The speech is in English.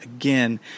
again